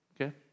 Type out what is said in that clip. Okay